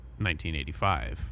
1985